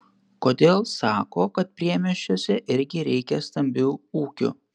kodėl sako kad priemiesčiuose irgi reikia stambių ūkių